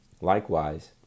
Likewise